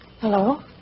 Hello